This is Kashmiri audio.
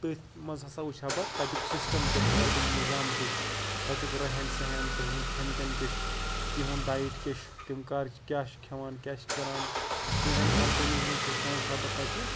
تٔتھۍ منٛز ہسا وُچھ ہا بہٕ تَتیُک سِسٹَم کیاہ چھُ تَتیُک نظام کیٛاہ چھُ تَتیُک رہن سیٚہن تِہُنٛد کھٮ۪ن چٮ۪ن کِیٛاہ چھِ تِہُنٛد ڈایِٹ کیاہ چھُ تِم کر چھِ کیاہ چھِ کھیٚوان کیاہ چھِ کران تِہِنٛزن کَمپٔنی ہُنٛد سِسٹَم وُچھ ہا بہٕ تَتہِ